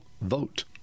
vote